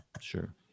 Sure